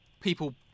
people